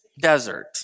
desert